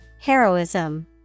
Heroism